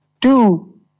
two